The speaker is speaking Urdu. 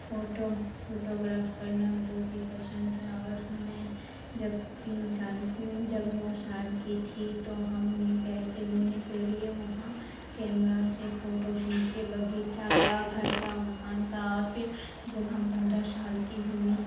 فوٹو فوٹوگراف کرنا بہت ہی پسند ہے اور ہمیں جب تین سال جب نو سال کی تھی تو ہم نے گئے تھے گھومنے کے لیے وہاں کیمرا سے فوٹو کھینچے باغیچہ کا گھر کا مکان کا اور پھر جب ہم پندرہ سال کی ہوئی